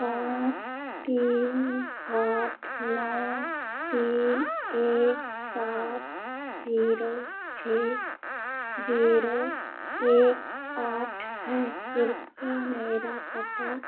पाँच तीन आठ नौ तीन एक सात जीरो छः जीरो एक आठ है कृपया मेरा पता